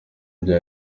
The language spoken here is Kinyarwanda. ibyo